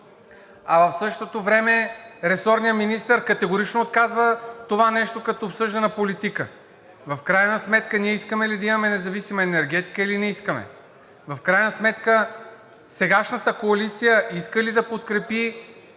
а в същото време ресорният министър категорично отказва това нещо като обсъждана политика. В крайна сметка ние искаме ли да имаме независима енергетика, или не искаме? Сегашната коалиция иска ли да подкрепи